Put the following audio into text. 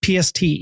PST